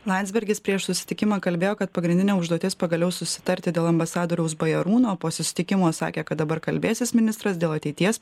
landsbergis prieš susitikimą kalbėjo kad pagrindinė užduotis pagaliau susitarti dėl ambasadoriaus bajorūno po susitikimo sakė kad dabar kalbėsis ministras dėl ateities